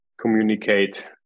communicate